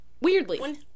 Weirdly